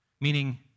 meaning